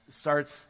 starts